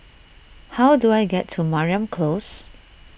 how do I get to Mariam Close